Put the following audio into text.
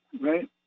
right